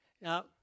Now